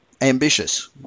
ambitious